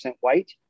white